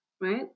right